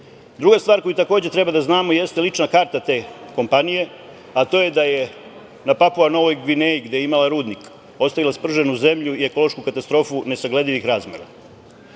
stvar koju takođe treba da znamo jeste lična karta te kompanije, a to je da je na Papua Novoj Gvineji, gde je imala rudnik, ostavila sprženu zemlju i ekološku katastrofu nesagledivih